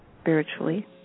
spiritually